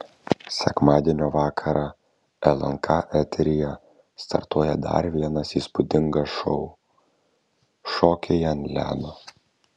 sekmadienio vakarą lnk eteryje startuoja dar vienas įspūdingas šou šokiai ant ledo